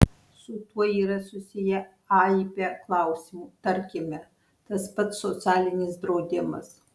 su tuo yra susiję aibė klausimų tarkime tas pats socialinis draudimas